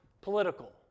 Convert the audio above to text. political